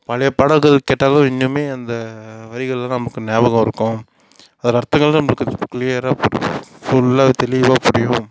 பழைய பாடல்கள் கேட்டாலும் இன்னும் அந்த வரிகள்லாம் நமக்கு ஞாபகம் இருக்கும் அதில் அர்த்தங்கள் நமக்கு கிளியராக ஃபுல்லாக தெளிவாக புரியும்